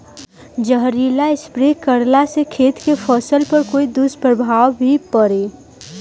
जहरीला स्प्रे करला से खेत के फसल पर कोई दुष्प्रभाव भी पड़ी?